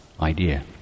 idea